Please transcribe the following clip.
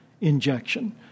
injection